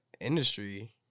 industry